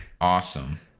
awesome